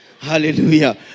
Hallelujah